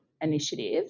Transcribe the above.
initiative